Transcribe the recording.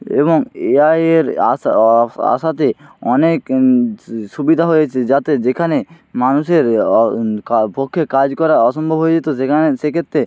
এবং এআইয়ের আসা আ আসাতে অনেক সু সুবিধা হয়েছে যাতে যেখানে মানুষের কা পক্ষে কাজ করা অসম্ভব হয়ে যেত সেখানে সেক্ষেত্রে